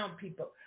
people